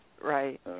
Right